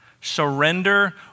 surrender